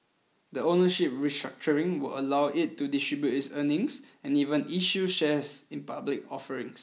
the ownership restructuring will allow it to distribute its earnings and even issue shares in public offerings